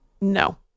No